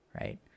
right